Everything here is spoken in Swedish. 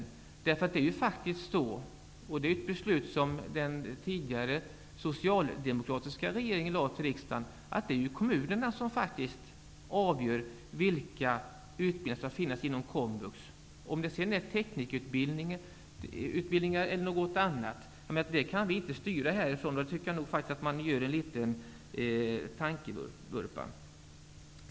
Det är faktiskt kommunerna som avgör vilka utbildningar som skall finnas inom komvux. Det är ju ett förslag som den tidigare socialdemokratiska regeringen lade fram för riksdagen. Vi kan inte styra härifrån om det skall vara teknikerutbildning eller något annat. Där tycker jag faktiskt att ni gör en liten tankevurpa.